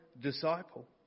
disciple